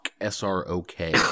s-r-o-k